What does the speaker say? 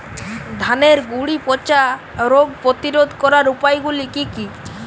ধানের গুড়ি পচা রোগ প্রতিরোধ করার উপায়গুলি কি কি?